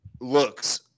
looks